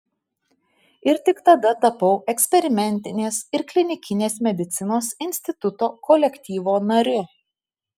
ir tik tada tapau eksperimentinės ir klinikinės medicinos instituto kolektyvo nariu